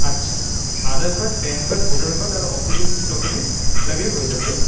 আচ্ছা Aadhaar card PAN card voter card আর অফিসের কিছু ডকুমেন্টস লাগলে হয়ে যাবে তাই তো